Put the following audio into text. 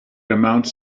amounts